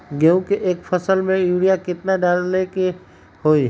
गेंहू के एक फसल में यूरिया केतना डाले के होई?